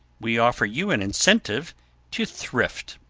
we offer you an incentive to thrift.